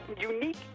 unique